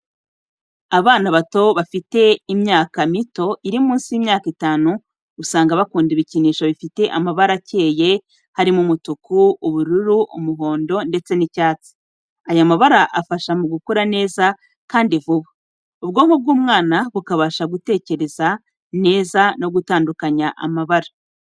Abana bato bafite imyaka mito iri munsi y'imyaka itanu, usanga bakunda ibikinisho bifite amabara akeye harimo umutuku, ubururu, umuhondo, ndetse n'icyatsi. Aya mabara afasha mu gukura neza kandi kandi vuba, ubwonko bw'umwana bukabasha gutekereza neza no gutandukanya amabara.